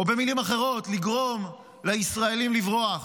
או במילים אחרות, לגרום לישראלים לברוח.